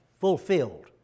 fulfilled